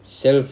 self